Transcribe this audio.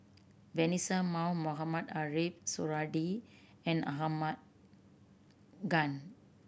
Vanessa Mae Mohamed Ariff Suradi and Ahmad Khan